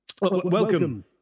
Welcome